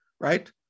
right